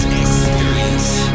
experience